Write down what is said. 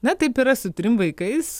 na taip yra su trim vaikais